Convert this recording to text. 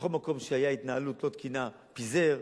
בכל מקום שהיתה התנהלות לא תקינה הוא פיזר.